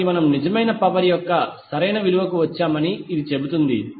కాబట్టి మనము నిజమైన పవర్ యొక్క సరైన విలువకు వచ్చామని ఇది చెబుతుంది